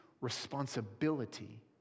responsibility